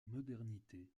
modernité